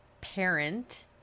parent